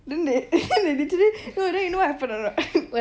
then they they literally you know then what happen or not